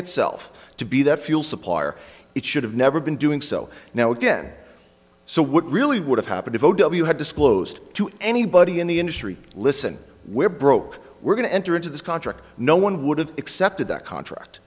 itself to be that fuel supplier it should have never been doing so now again so what really would have happened if you had disclosed to anybody in the industry listen we're broke we're going to enter into this contract no one would have accepted that contract